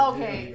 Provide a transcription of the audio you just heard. Okay